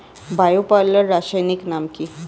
Bio পাল্লার রাসায়নিক নাম কি?